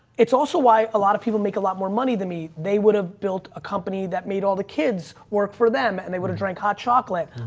it's also why a lot of people make a lot more money than me. they would have built a company that made all the kids work for them and they would have drank hot chocolate.